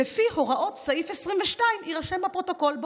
לפי הוראות סעיף 22 יירשם בפרוטוקול".